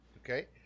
Okay